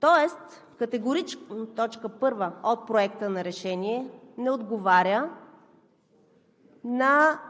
тоест категорично точка първа от Проекта на решение не отговаря на